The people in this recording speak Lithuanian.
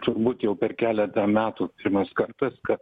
turbūt jau per keletą metų pirmas kartas kai